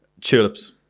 Tulips